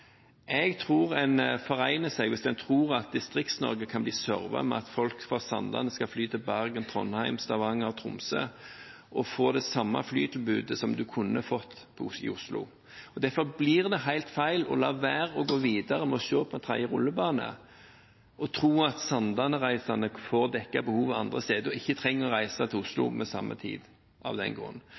Jeg tror man forregner seg hvis man tror at Distrikts-Norge kan bli servet ved at folk fra Sandane skal kunne fly til Bergen, Trondheim, Stavanger og Tromsø og få det samme flytilbudet som de kunne fått i Oslo. Derfor blir det helt feil å la være å gå videre med å se på en tredje rullebane og å tro at reisende fra Sandane får dekket behovet andre steder, til samme tid, og av den grunn ikke trenger å reise til Oslo. Så skal vi huske at veldig mange av